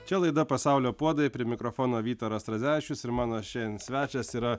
čia laida pasaulio puodai prie mikrofono vytaras radzevičius ir mano šiandien svečias yra